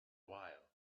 while